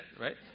right